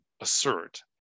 assert